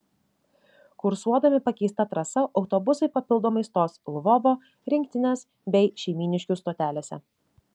kursuodami pakeista trasa autobusai papildomai stos lvovo rinktinės bei šeimyniškių stotelėse